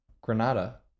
Granada